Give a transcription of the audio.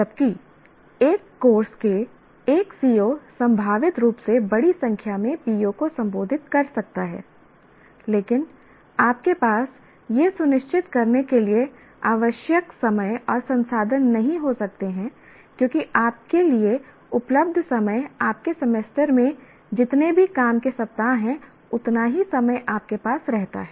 जबकि एक कोर्स के एक CO संभावित रूप से बड़ी संख्या में PO को संबोधित कर सकता है लेकिन आपके पास यह सुनिश्चित करने के लिए आवश्यक समय और संसाधन नहीं हो सकते हैं क्योंकि आपके लिए उपलब्ध समय आपके सेमेस्टर में जितने भी काम के सप्ताह हैं उतना ही समय आपके पास रहता है